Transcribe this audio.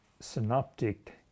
Synoptic